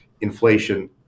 inflation